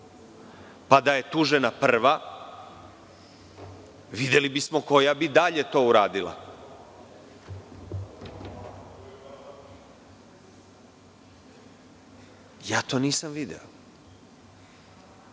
Da je tužena prva, videli bismo koja bi to dalje to uradila. Ja to nisam video.